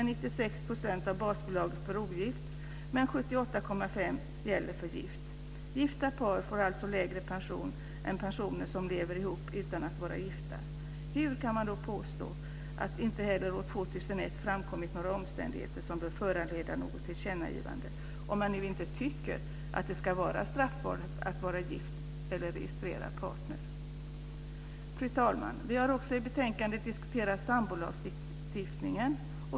96 % av basbeloppet för ogift, medan 78,5 % gäller för gift. Gifta par får alltså lägre pension än personer som lever ihop utan att vara gifta. Hur kan man påstå att det inte heller år 2001 framkommit några omständigheter som bör föranleda något tillkännagivande, om man nu inte tycker att det ska vara straffbart att vara gift eller registrerad partner? Fru talman! Vi har också i betänkandet diskuterat sambolagstiftningen.